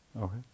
Okay